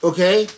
Okay